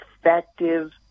effective